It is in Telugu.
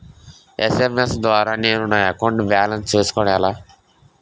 ఎస్.ఎం.ఎస్ ద్వారా నేను నా అకౌంట్ బాలన్స్ చూసుకోవడం ఎలా?